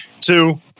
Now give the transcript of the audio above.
two